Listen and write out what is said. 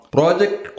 Project